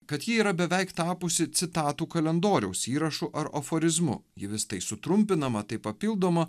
kad ji yra beveik tapusi citatų kalendoriaus įrašu ar aforizmu ji vis tai sutrumpinama tai papildoma